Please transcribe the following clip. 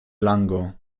lango